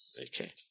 Okay